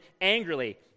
angrily